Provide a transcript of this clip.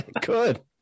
Good